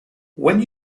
when